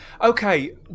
okay